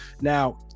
now